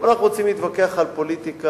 אם אנחנו רוצים להתווכח על פוליטיקה,